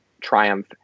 triumph